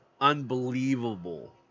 unbelievable